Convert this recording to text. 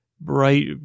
bright